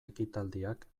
ekitaldiak